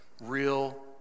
real